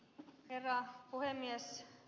herra puhemies